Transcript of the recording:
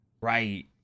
Right